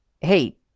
hey